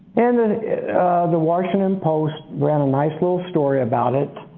and the washington post wrote a nice little story about it.